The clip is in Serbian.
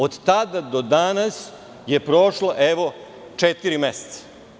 Od tada do danas je prošlo četiri meseca.